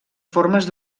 formes